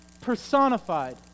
personified